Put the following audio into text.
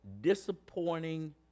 disappointing